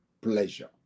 pleasure